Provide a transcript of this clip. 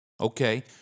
okay